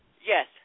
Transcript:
Yes